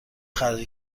خرج